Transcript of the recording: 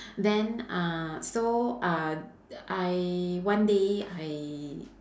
then uh so uh I one day I